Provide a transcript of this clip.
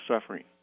suffering